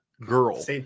girl